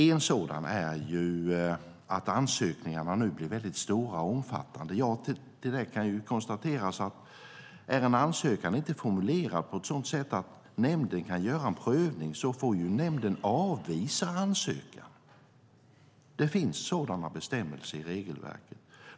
En sådan är att ansökningarna nu blir väldigt stora och omfattande. Det kan konstateras att om en ansökan inte är formulerad på ett sådant sätt att nämnden kan göra en prövning får nämnden avvisa ansökan. Det finns sådana bestämmelser i regelverket.